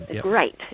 Great